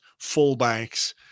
fullbacks